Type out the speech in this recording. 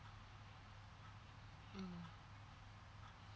mm